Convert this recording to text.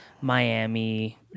Miami